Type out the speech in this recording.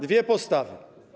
Dwie postawy.